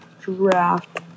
draft